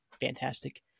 Fantastic